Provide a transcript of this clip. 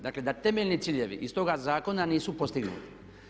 Dakle, da temeljni ciljevi iz toga zakona nisu postignuti.